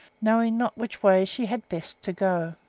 knowing not which way she had best to go.